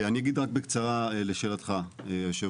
אני אגיד רק בקצרה לשאלתך היו"ר,